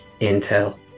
Intel